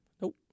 Nope